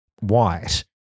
white